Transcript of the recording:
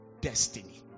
destiny